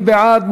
מי בעד?